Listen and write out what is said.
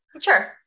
sure